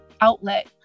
outlet